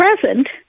present